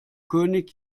könig